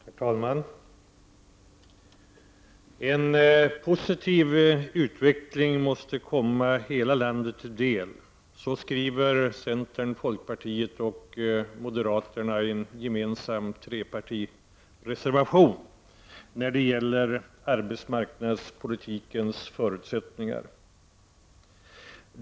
Herr talman! ”En positiv utveckling måste komma hela landet till del —-—. ”Så skriver centern, folkpartiet och moderaterna i en gemensam trepartireservation när det gäller arbetsmarknadspolitikens förutsättningar.